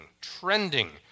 trending